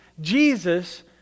Jesus